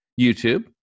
YouTube